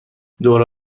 دور